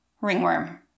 ringworm